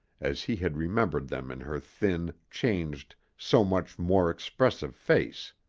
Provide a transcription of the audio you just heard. as he had remembered them in her thin, changed, so much more expressive face.